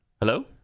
Hello